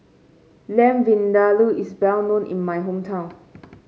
Lamb Vindaloo is well known in my hometown